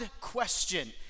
question